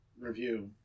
review